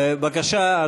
בבקשה,